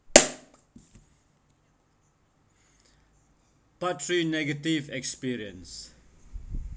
part three negative experience